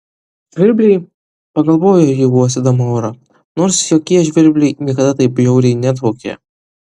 žvirbliai pagalvojo ji uosdama orą nors jokie žvirbliai niekada taip bjauriai nedvokė